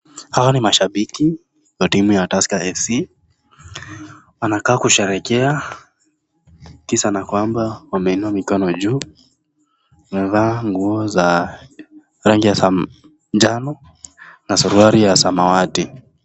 Hawa ni mashabiki wa timu ya tusker Fc wanakaa kusherehekea kisa na kwamba wameinua mikono juu wamevaa nguo za rangi ya manjano na suruali ya samawati